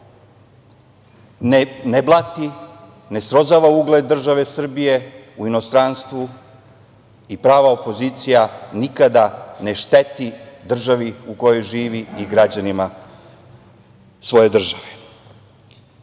ne blati, ne srozava ugled države Srbije u inostranstvu i prava opozicija nikada ne šteti državi u kojoj živi i građanima svoje države. Oni,